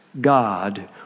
God